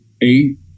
eight